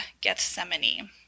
Gethsemane